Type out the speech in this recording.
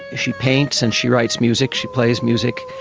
ah she paints and she writes music, she plays music.